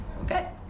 Okay